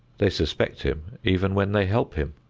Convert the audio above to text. they suspect him even when they help him.